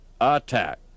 Attack